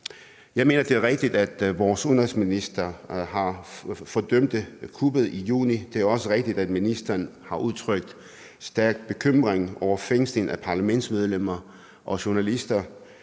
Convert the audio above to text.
Jeg mener, det var rigtigt, at vores udenrigsminister fordømte kuppet i juli. Det er også rigtigt, at ministeren har udtrykt stærk bekymring over fængslingen af parlamentsmedlemmer og journalister.